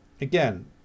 again